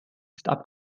ist